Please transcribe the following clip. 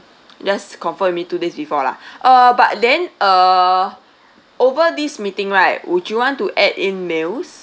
just confirm with me two days before lah uh but then uh over this meeting right would you want to add in meals